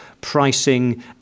pricing